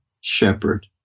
shepherd